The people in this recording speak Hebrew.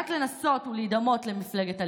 רק לנסות ולהידמות למפלגת הליכוד.